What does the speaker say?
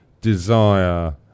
desire